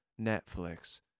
Netflix